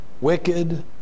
wicked